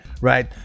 right